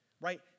Right